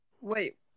Wait